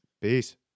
Peace